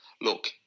Look